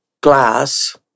glass